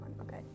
Okay